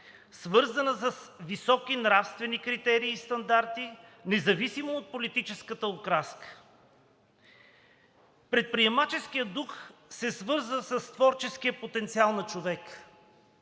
свързана с високи нравствени критерии и стандарти, независимо от политическата окраска. Предприемаческият дух се свързва с творческия потенциал на човека.